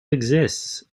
exists